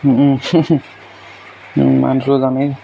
ইমানটোতো জানেই